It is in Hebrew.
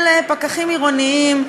אלה פקחים עירוניים,